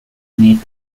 made